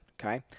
okay